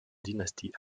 dynastie